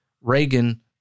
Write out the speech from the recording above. Reagan